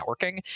networking